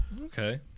Okay